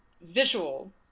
visual